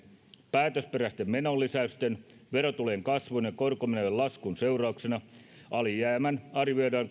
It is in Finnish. päätösperäisten menolisäysten verotulojen kasvun ja korkomenojen laskun seurauksena alijäämän arvioidaan